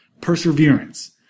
Perseverance